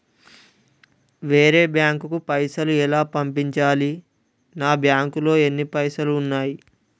వేరే బ్యాంకుకు పైసలు ఎలా పంపించాలి? నా బ్యాంకులో ఎన్ని పైసలు ఉన్నాయి?